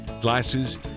glasses